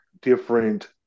different